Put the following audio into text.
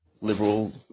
liberal